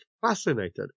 fascinated